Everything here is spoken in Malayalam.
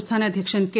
സംസ്ഥാന അദ്ധ്യക്ഷൻ കെ